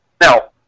Now